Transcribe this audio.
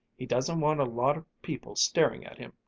he doesn't want a lot of people staring at him,